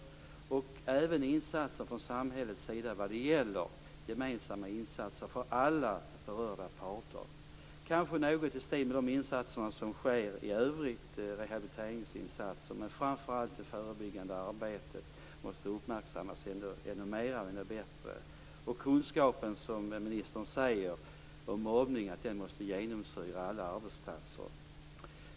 Det skulle även behövas insatser från samhällets sida, gemensamma insatser för alla berörda parter - kanske något i stil med de insatser som sker i övrigt; rehabiliteringsinsatser osv. Men framför allt måste det förebyggande arbetet uppmärksammas ännu mer och ännu bättre. Kunskapen om mobbning måste, som ministern säger, genomsyra alla arbetsplatser.